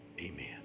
Amen